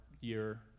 year